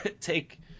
take